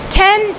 ten